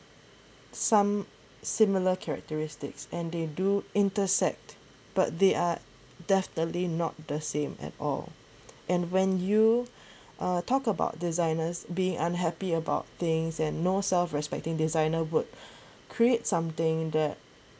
some similar characteristics and they do intercept but they are definitely not the same at all and when you uh talk about designers being unhappy about things and no self respecting designer would create something that